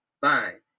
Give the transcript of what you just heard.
fine